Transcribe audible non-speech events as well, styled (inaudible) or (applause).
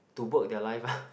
to work their life ah (breath)